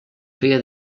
feia